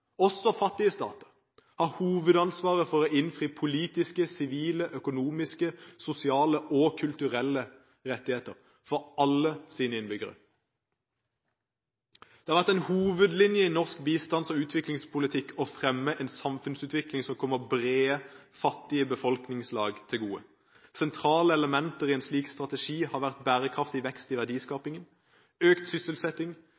også fattige stater – har hovedansvaret for å innfri politiske, sivile, økonomiske, sosiale og kulturelle rettigheter for alle sine innbyggere. Det har vært en hovedlinje i norsk bistands- og utviklingspolitikk å fremme en samfunnsutvikling som kommer brede, fattige befolkningslag til gode. Sentrale elementer i en slik strategi har vært bærekraftig vekst i